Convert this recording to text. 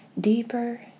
deeper